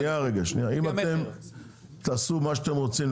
אם אתם תעשו מה שאתם רוצים,